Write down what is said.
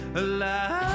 alive